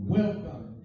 Welcome